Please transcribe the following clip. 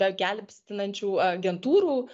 begelbstinančių agentūrų